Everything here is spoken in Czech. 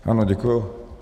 Ano děkuji.